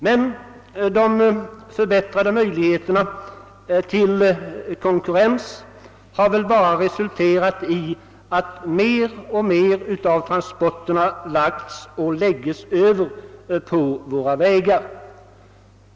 Men de förbättrade möjligheterna till konkurrens har väl bara resulterat i att mer och mer av transporterna lagts och fortfarande läggs över på våra vägar.